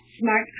smart